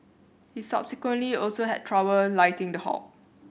he subsequently also had trouble lighting the hob